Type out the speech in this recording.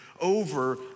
over